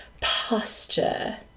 posture